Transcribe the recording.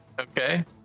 Okay